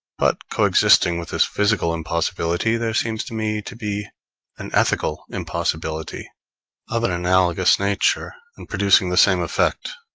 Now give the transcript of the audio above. but co-existing with this physical impossibility, there seems to me to be an ethical impossibility of an analogous nature, and producing the same effect.